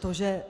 To, že